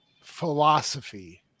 philosophy